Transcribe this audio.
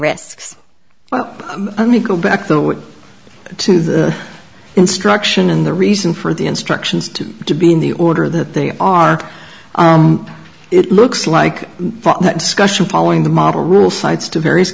risks only go back to the instruction and the reason for the instructions to to be in the order that they are it looks like that discussion following the model rule sides to various